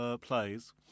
plays